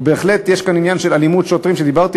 בהחלט יש כאן עניין של אלימות שוטרים שדיברתי